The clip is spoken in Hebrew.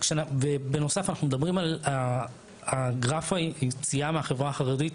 אנחנו מדברים על גרף היציאה מהחברה החרדית